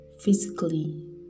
physically